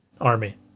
army